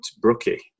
Brookie